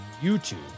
YouTube